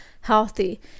healthy